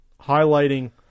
highlighting